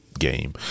game